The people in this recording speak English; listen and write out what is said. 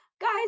guys